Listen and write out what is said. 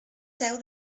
seu